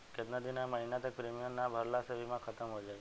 केतना दिन या महीना तक प्रीमियम ना भरला से बीमा ख़तम हो जायी?